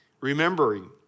remembering